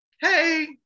hey